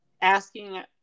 asking